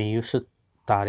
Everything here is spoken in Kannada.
ಮೇಯಿಸ್ತಾರ